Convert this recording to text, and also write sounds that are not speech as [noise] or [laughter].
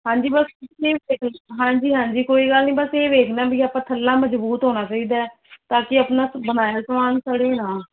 ਹਾਂਜੀ ਬਸ [unintelligible] ਹਾਂਜੀ ਹਾਂਜੀ ਕੋਈ ਗੱਲ ਨਹੀਂ ਬਸ ਇਹ ਵੇਖਣਾ ਵੀ ਆਪਾਂ ਥੱਲਾਂ ਮਜ਼ਬੂਤ ਹੋਣਾ ਚਾਹੀਦਾ ਤਾਂ ਕਿ ਆਪਣਾ ਬਣਾਇਆ ਸਮਾਨ ਸੜੇ ਨਾ